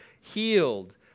healed